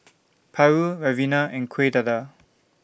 Paru Ribena and Kueh Dadar